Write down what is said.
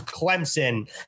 Clemson